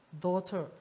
daughter